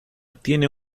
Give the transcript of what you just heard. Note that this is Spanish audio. tiene